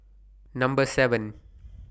Number seven